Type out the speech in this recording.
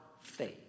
faith